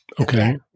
okay